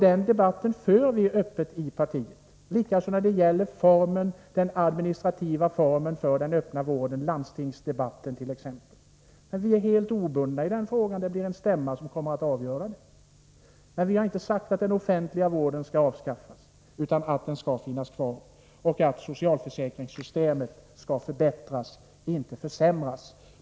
Den debatten för vi öppet i partiet, likaså debatten om den administrativa formen för den öppna vården, t.ex. landstingsdebatten. Vi är helt obundna i den frågan — stämman kommer att avgöra beträffande vår ståndpunkt. Men vi har inte sagt att den offentliga vården skall avskaffas. Den skall finnas kvar, och socialförsäkringssystemet skall förbättras, inte försämras.